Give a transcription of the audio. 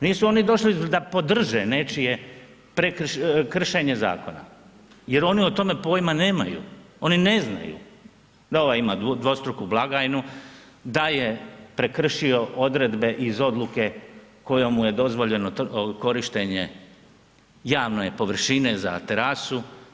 Nisu oni došli da podrže nečije kršenje zakona jer oni o tome pojma nemaju, oni ne znaju da ovaj ima dvostruku blagajnu, da je prekršio odredbe iz odluke kojom mu je dozvoljeno korištenje javne površine za terasu.